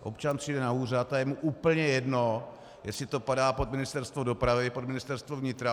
Občan přijde na úřad a je mu úplně jedno, jestli to padá pod Ministerstvo dopravy, pod Ministerstvo vnitra.